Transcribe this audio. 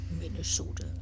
Minnesota